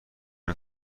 این